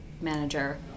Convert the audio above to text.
manager